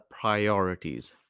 priorities